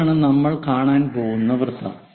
ഇതാണ് നമ്മൾ കാണാൻ പോകുന്ന വൃത്തം